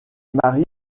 marie